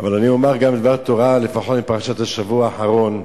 אבל אני אומר גם דבר תורה לפחות מפרשת השבוע האחרונה.